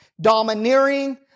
domineering